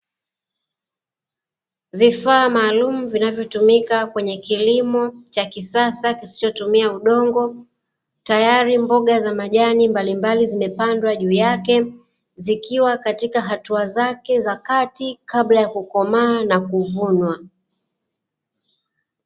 Vifaa maalumu, vinavyotumika kwenye kilimo cha kisasa kisichotumia udongo, tayari mboga za majani mbalimbali zimepandwa juu yake, zikiwa katika hatua zake za kati kabla ya kukomaa na kuvunwa.